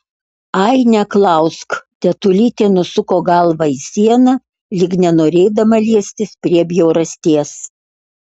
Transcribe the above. ai neklausk tetulytė nusuko galvą į sieną lyg nenorėdama liestis prie bjaurasties